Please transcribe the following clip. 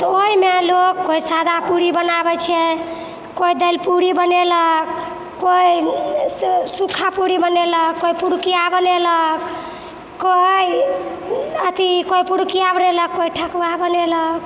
तऽ ओहिमे लोक कोइ सादा पूड़ी बनाबै छै कोइ दइलपूड़ी बनेलक कोइ सूखा पूड़ी बनेलक कोइ पुरुकिआ बनेलक कोइ अथी कोइ पुरुकिआ बनेलक कोइ ठकुआ बनेलक